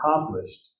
accomplished